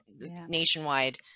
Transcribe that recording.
nationwide